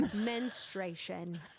menstruation